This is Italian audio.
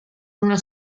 una